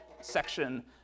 section